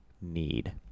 need